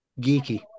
Geeky